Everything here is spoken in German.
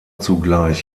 zugleich